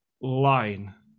line